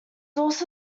also